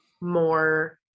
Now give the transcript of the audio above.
more